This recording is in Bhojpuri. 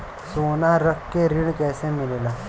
सोना रख के ऋण कैसे मिलेला?